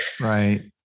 Right